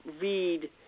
read